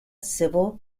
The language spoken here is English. civil